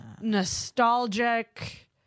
nostalgic